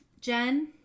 Jen